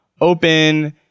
open